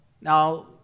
Now